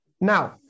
Now